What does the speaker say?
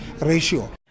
ratio